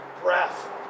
breath